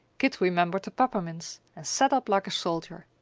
kit remembered the peppermints and sat up like a soldier.